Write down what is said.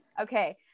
Okay